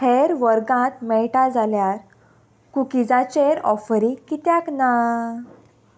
हेर वर्गांत मेळटा जाल्यार कुकीजांचेर ऑफरी कित्याक ना